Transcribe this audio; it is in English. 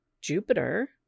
Jupiter